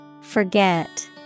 Forget